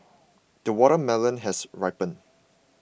the watermelon has ripened